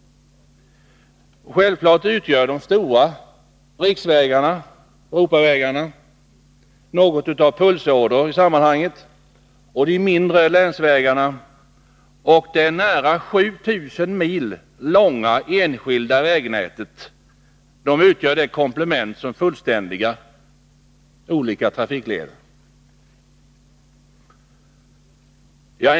Självfallet utgör de stora riksvägarna, Europavägarna, något av pulsådror i sammanhanget. Länsvägarna och det nära 7000 mil långa enskilda vägnätet utgör det komplement som fullständigar olika trafikleder.